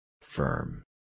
Firm